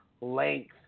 length